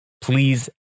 please